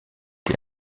die